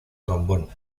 trombón